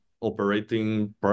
operating